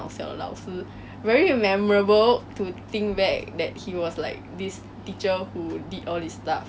然后我跟你讲啊她很好笑 leh 她是虽然她是 like a really really fierce teacher